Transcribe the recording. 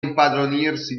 impadronirsi